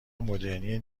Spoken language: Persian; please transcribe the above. مدرنی